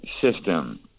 system